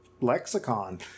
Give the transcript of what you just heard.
lexicon